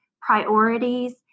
priorities